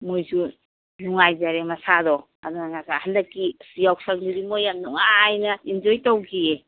ꯃꯣꯏꯁꯨ ꯅꯨꯡꯉꯥꯏꯖꯔꯦ ꯃꯁꯥꯗꯣ ꯑꯗꯨꯅ ꯉꯁꯥꯏ ꯍꯟꯗꯛꯀꯤ ꯌꯥꯎꯁꯪꯁꯤꯗꯤ ꯃꯣꯏ ꯌꯥꯝ ꯅꯨꯡꯉꯥꯏꯅ ꯏꯟꯖꯣꯏ ꯇꯧꯈꯤꯌꯦ